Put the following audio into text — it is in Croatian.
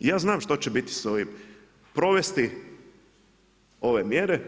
I ja znam što će biti s ovim, provesti ove mjere,